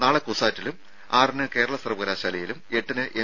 നാളെ കുസാറ്റിലും ആറിന് കേരള സർവകലാശാലയിലും എട്ടിന് എം